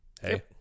hey